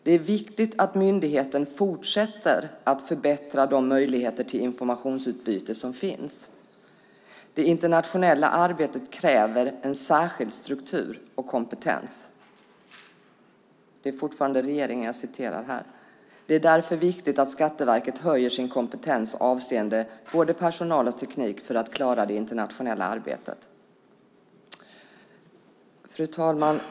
Det är viktigt att myndigheten fortsätter att förbättra de möjligheter till informationsutbyte som finns. Det internationella arbetet kräver en särskild struktur och kompetens. Det är därför viktigt att Skatteverket höjer sin kompetens avseende både personal och teknik för att klara av det internationella arbetet." Fru talman!